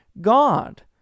God